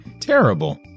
Terrible